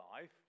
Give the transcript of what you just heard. life